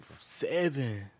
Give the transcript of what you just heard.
seven